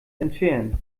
entfernen